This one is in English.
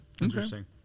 Interesting